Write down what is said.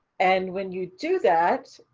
and when you do that,